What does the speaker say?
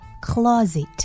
closet